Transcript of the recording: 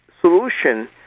solution